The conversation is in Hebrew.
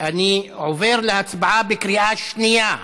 אני עובר להצבעה בקריאה שנייה,